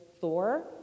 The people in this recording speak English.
Thor